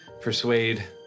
persuade